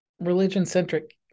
religion-centric